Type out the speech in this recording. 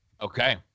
Okay